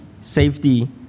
safety